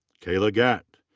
kayla gatt.